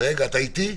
רגע, אתה איתי?